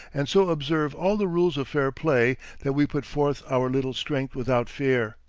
and so observe all the rules of fair play, that we put forth our little strength without fear.